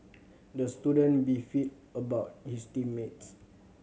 the student beefed about his team mates